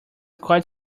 quite